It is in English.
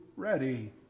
ready